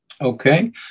Okay